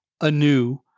anew